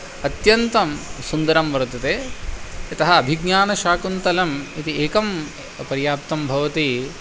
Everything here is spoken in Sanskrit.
अत्यन्तं सुन्दरं वर्तते यतः अभिज्ञानशाकुन्तलम् इति एकं पर्याप्तं भवति